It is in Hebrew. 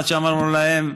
עד שאמרנו להם,